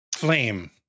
Flame